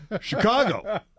Chicago